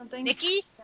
Nikki